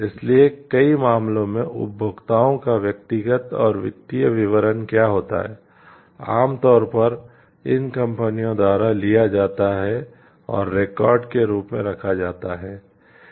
इसलिए कई मामलों में उपभोक्ताओं का व्यक्तिगत और वित्तीय विवरण क्या होता है आमतौर पर इन कंपनियों द्वारा लिया जाता है और रिकॉर्ड के रूप में रखा जाता है